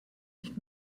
nicht